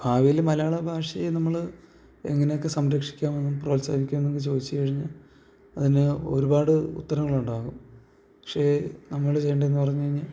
ഭാവിയില് മലയാളഭാഷയെ നമ്മള് എങ്ങനെ ഒക്കെ സംരക്ഷിക്കാമെന്നും പ്രോത്സാഹിപ്പിക്കാമെന്നുവൊക്കെ ചോദിച്ചുകഴിഞ്ഞാൽ അതിന് ഒരുപാട് ഉത്തരങ്ങൾ ഉണ്ടാവും പക്ഷേ നമ്മള് ചെയ്യണ്ടത് എന്ന് പറഞ്ഞുകഴിഞ്ഞാൽ